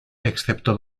excepto